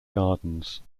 gardens